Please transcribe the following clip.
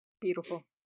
Beautiful